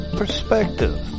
perspective